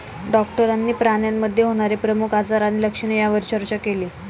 डॉक्टरांनी प्राण्यांमध्ये होणारे प्रमुख आजार आणि लक्षणे यावर चर्चा केली